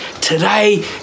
today